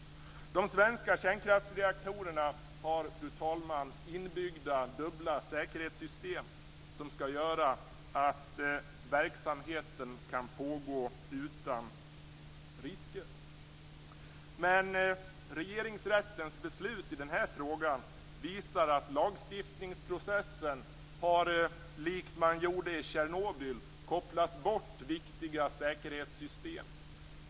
De svenska kärnkraftsreaktorerna, fru talman, har inbyggda dubbla säkerhetssystem som skall göra att verksamheten kan pågå utan risker. Men Regeringsrättens beslut i den här frågan visar att lagstiftningsprocessen, likt man gjorde i Tjernobyl, har kopplat bort viktiga säkerhetssystem.